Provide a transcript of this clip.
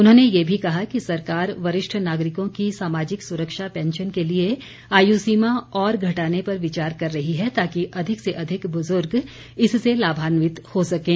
उन्होंने ये भी कहा कि सरकार वरिष्ठ नागरिकों की सामाजिक सुरक्षा पैंशन के लिए आयुसीमा और घटाने पर विचार कर रही है ताकि अधिक से अधिक बुजुर्ग इससे लाभान्वित हो सकें